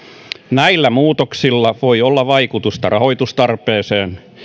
näillä muutoksilla voi olla vaikutusta rahoitustarpeisiin